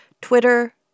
Twitter